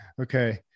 Okay